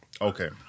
Okay